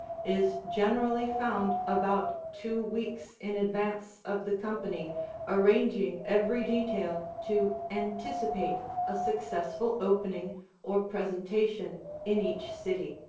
is generally found about two weeks in advance of the company arranging every detail to anticipate a successful opening or presentation in each city,